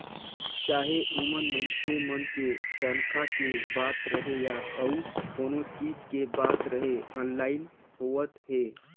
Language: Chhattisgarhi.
चाहे ओमन मइनसे मन के तनखा के बात रहें या अउ कोनो चीच के बात रहे आनलाईन होवत हे